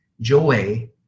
joy